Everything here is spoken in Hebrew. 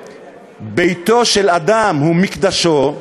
שביתו של אדם הוא מקדשו,